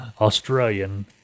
Australian